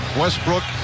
westbrook